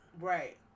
Right